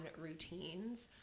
routines